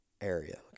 area